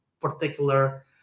particular